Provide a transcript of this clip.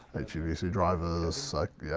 h uvc drivers. ah so like yeah